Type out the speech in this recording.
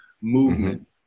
movement